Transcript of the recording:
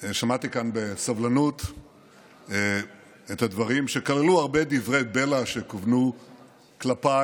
שמעתי כאן בסבלנות את הדברים שכללו הרבה דברי בלע שכוונו כלפיי.